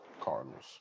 Cardinals